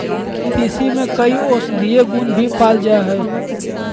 तीसी में कई औषधीय गुण भी पाल जाय हइ